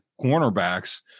cornerbacks